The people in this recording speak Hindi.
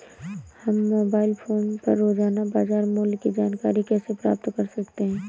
हम मोबाइल फोन पर रोजाना बाजार मूल्य की जानकारी कैसे प्राप्त कर सकते हैं?